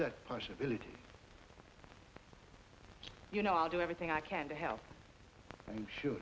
that possibility you know i'll do everything i can to help